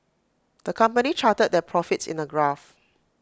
the company charted their profits in A graph